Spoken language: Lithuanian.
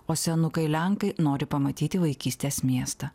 o senukai lenkai nori pamatyti vaikystės miestą